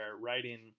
writing